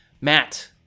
Matt